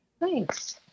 Thanks